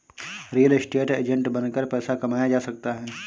real estate agent बनकर पैसा कमाया जा सकता है